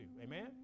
amen